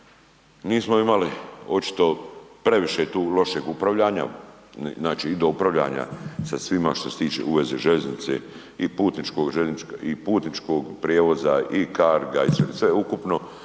Nismo imali očito previše tu lošeg upravljanja, upravljanja sa svima što se tiče u vezi željeznice i putničkog prijevoza i karga i sveukupno,